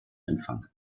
empfangen